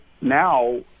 now